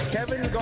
Kevin